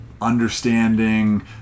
understanding